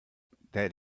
that